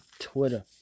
twitter